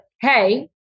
hey